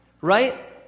right